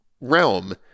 realm